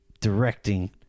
directing